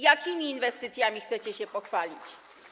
Jakimi inwestycjami chcecie się pochwalić?